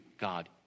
God